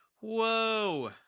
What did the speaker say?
Whoa